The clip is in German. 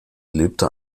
lebte